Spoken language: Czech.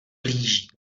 blíží